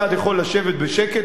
אתה יכול לשבת בשקט,